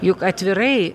juk atvirai